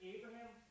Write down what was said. Abraham